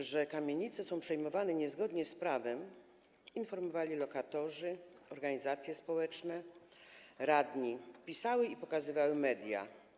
O tym, że kamienice są przejmowane niezgodnie z prawem, informowali lokatorzy, organizacje społeczne, radni, pisały o tym i pokazywały to media.